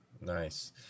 nice